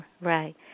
Right